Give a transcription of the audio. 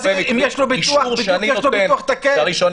אם יש לו ביטוח תקף.